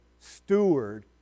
steward